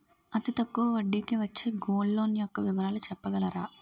అతి తక్కువ వడ్డీ కి వచ్చే గోల్డ్ లోన్ యెక్క వివరాలు చెప్పగలరా?